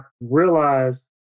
realized